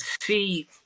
see